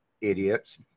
Idiots